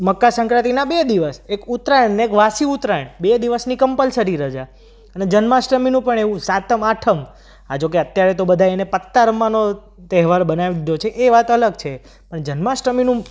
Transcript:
મકરસંક્રાતિના બે દિવસ એક ઉતરાયણ ને એક વાસી ઉતરાયણ બે દિવસની કમ્પલસરી રજા અને જન્માષ્ટમીનું પણ એવું સાતમ આઠમ આ જો કે અત્યારે તો બધા એને પત્તા રમવાનો તહેવાર બનાવી દીધો છે એ વાત અલગ છે અને જન્માષ્ટમીનું